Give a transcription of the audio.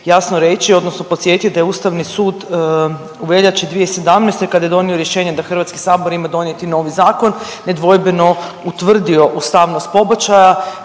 jasno reći odnosno podsjetiti da je Ustavni sud u veljači 2017. kada je donio rješenje da Hrvatski sabor ima donijeti novi zakon nedvojbeno utvrdio ustavnost pobačaja